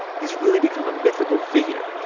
he's really become a mythical figure.